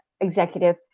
executive